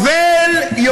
עם ישראל.